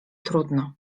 trudno